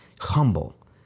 humble